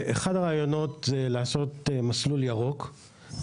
אחד הרעיונות זה לעשות ׳מסלול ירוק׳,